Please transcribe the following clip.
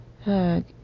hug